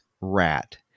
rat